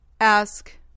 Ask